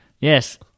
Yes